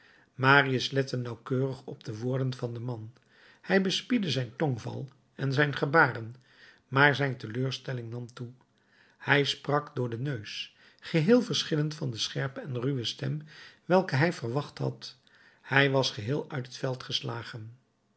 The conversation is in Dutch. marius lette nauwkeurig op de woorden van den man hij bespiedde zijn tongval en zijn gebaren maar zijn teleurstelling nam toe hij sprak door den neus geheel verschillend van de scherpe en ruwe stem welke hij verwacht had hij was geheel uit het veld geslagen